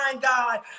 God